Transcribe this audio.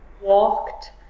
walked